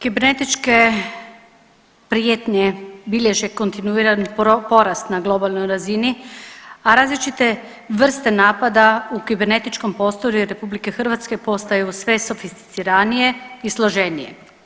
Kibernetičke prijetnje bilježe kontinuirani porast na globalnoj razini, a različite vrste napada u kibernetičkom prostoru RH postaje sve sofisticiranije i složenije.